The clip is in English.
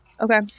Okay